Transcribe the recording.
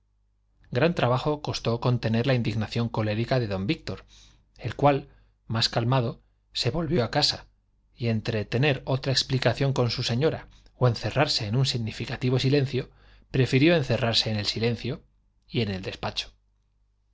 gran trabajo costó contener la indignación colérica de don víctor el cual más calmado se volvió a casa y entre tener otra explicación con su señora o encerrarse en un significativo silencio prefirió encerrarse en el silencio y en el despacho